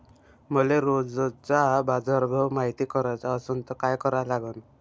मले रोजचा बाजारभव मायती कराचा असन त काय करा लागन?